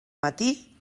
matí